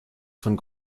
von